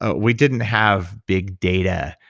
ah we didn't have big data.